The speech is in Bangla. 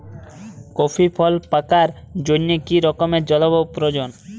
কফি ফল পাকার জন্য কী রকম জলবায়ু প্রয়োজন?